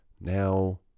Now